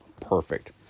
Perfect